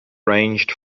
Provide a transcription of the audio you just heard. ranged